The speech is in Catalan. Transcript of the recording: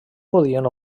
podien